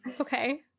okay